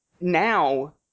Now